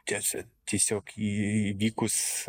tęsė tiesiog įvykus